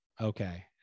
Okay